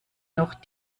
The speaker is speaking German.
noch